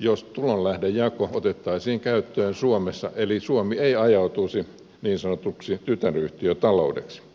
jos tulolähdejako otettaisiin käyttöön suomessa eli suomi ei ajautuisi niin sanotuksi tytäryhtiötaloudeksi